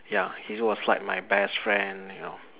ya he was like my best friend you know